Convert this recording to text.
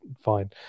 fine